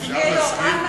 אדוני היושב-ראש,